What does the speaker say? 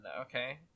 okay